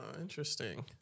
Interesting